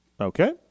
Okay